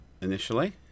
initially